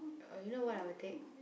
oh you know what I will take